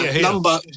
number